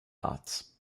arts